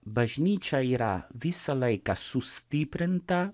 bažnyčia yra visą laiką sustiprinta